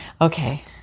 Okay